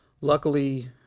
luckily